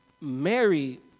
Mary